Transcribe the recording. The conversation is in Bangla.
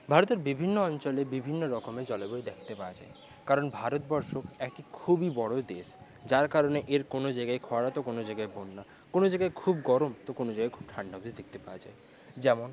ভারতের বিভিন্ন অঞ্চলে বিভিন্ন রকমের জলবায়ু দেখতে পাওয়া যায় কারণ ভারতবর্ষ একটি খুবই বড়ো দেশ যার কারণে এর কোনো জায়গায় খরা তো কোনো জায়গায় বন্যা কোনো জায়গায় খুব গরম তো কোনো জায়গায় খুব ঠান্ডা দেখতে পাওয়া যায় যেমন